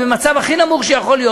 היא במצב הכי נמוך שיכול להיות,